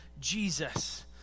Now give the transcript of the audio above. Jesus